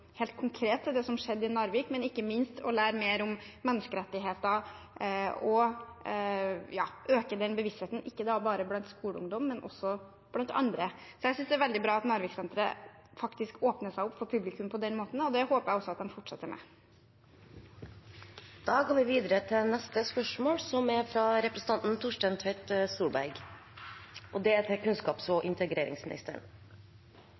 helt konkret, til det som skjedde i Narvik, men ikke minst lære mer om menneskerettigheter. Det er viktig å øke den bevisstheten ikke bare blant skoleungdom, men også hos andre. Jeg synes det er veldig bra at Narviksenteret faktisk åpner opp for publikum på den måten, og det håper jeg at de fortsetter med.